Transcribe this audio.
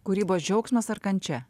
kūrybos džiaugsmas ar kančia